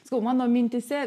sakau mano mintyse